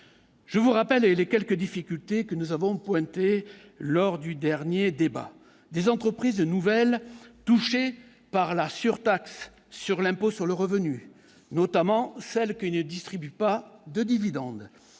je vous rappelle, et les quelques difficultés que nous avons pointé lors du dernier débat des entreprises de nouvelles touché par la surtaxe sur l'impôt sur le revenu notamment celles que il ya distribuent pas de dividendes,